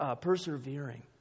persevering